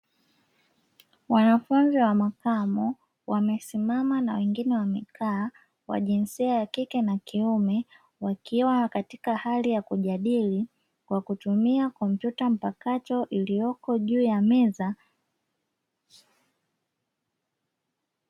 Wanafunzi wa makamo wamesimama na wengine wamekaa, wa jinsia ya kike na kiume wakiwa katika hali ya kujadili kwa kutumia kompyuta mpakato iliyoko juu ya meza.